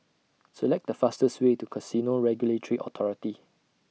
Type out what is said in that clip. Select The fastest Way to Casino Regulatory Authority